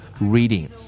reading